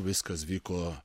viskas vyko